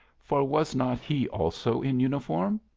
for was not he also in uniform?